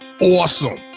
awesome